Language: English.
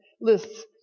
lists